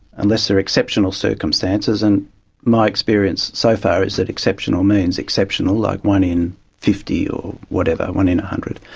unless there are exceptional circumstances, and my experience so far is that exceptional means exceptional, like one in fifty or whatever, one in one hundred.